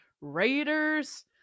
Raiders